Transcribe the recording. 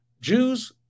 Jews